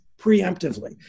preemptively